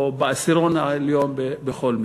או בעשירון העליון בכל מקרה.